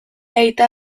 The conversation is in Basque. aita